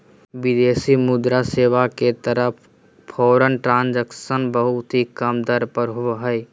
विदेशी मुद्रा सेवा के तहत फॉरेन ट्रांजक्शन बहुत ही कम दर पर होवो हय